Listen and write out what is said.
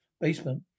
basement